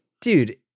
dude